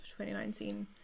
2019